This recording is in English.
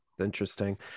interesting